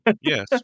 Yes